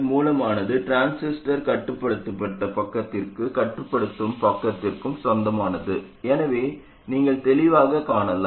மூலமானது டிரான்சிஸ்டரின் கட்டுப்படுத்தப்பட்ட பக்கத்திற்கும் கட்டுப்படுத்தும் பக்கத்திற்கும் சொந்தமானது என்பதை நீங்கள் தெளிவாகக் காணலாம்